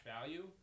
value